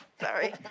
Sorry